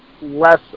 less